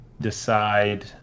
decide